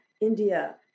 India